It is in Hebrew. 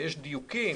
ויש דיוקים,